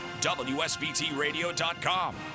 WSBTradio.com